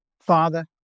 Father